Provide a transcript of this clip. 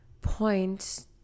point